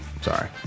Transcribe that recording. Sorry